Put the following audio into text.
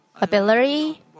ability